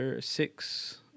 six